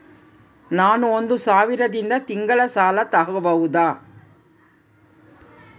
ನಾನು ಒಂದು ಸಾವಿರದಿಂದ ತಿಂಗಳ ಸಾಲ ತಗಬಹುದಾ?